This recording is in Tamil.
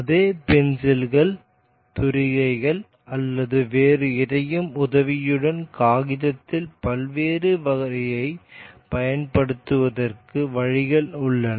அதே பென்சில்கள் தூரிகைகள் அல்லது வேறு எதையும் உதவியுடன் காகிதத்தில் பல்வேறு வரியைப் பயன்படுத்துவதற்கு வழிகள் உள்ளன